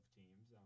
teams